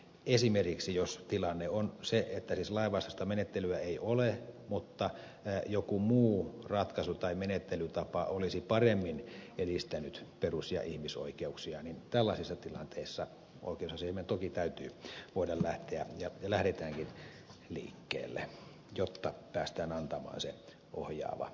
esimerkiksi jos tilanne on se että siis lainvastaista menettelyä ei ole mutta jokin muu ratkaisu tai menettelytapa olisi paremmin edistänyt perus ja ihmisoikeuksia niin oikeusasiamiehen toki täytyy voida lähteä ja lähteekin liikkeelle jotta päästään antamaan se ohjaava kannanotto